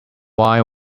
wine